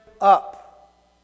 up